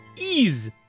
Ease